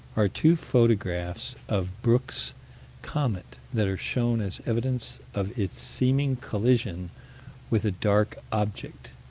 are two photographs of brooks' comet that are shown as evidence of its seeming collision with a dark object,